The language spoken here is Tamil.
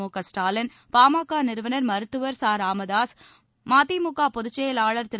முகஸ்டாலின் பாமக நிறுவனர் மருத்துவர் ராமதாஸ் மதிமுக பொதுச்செயலாளர் திரு